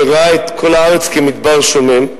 שראה את כל הארץ כמדבר שומם,